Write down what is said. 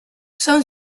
són